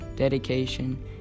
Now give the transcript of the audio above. Dedication